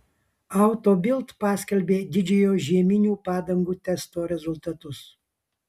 auto bild paskelbė didžiojo žieminių padangų testo rezultatus